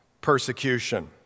persecution